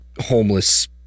homeless